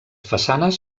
façanes